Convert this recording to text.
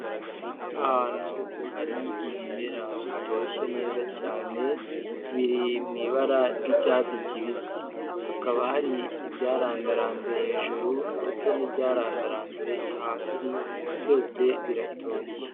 Ahantu hari ibimera bitoshye neza cyane biri mu ibara ry'icyatsi kibisi, hakaba hari ibyarandaranze hejuru ndetse n'ibyarandaranze hasi byose biratoshye.